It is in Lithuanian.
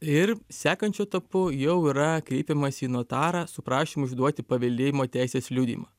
ir sekančiu etapu jau yra kreipiamasi į notarą su prašymu išduoti paveldėjimo teisės liudijimą